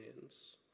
hands